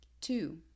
Two